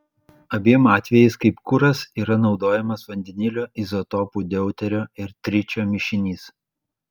abiem atvejais kaip kuras yra naudojamas vandenilio izotopų deuterio ir tričio mišinys